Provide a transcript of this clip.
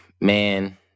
man